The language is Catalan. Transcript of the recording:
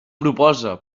proposa